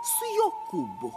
su jokūbu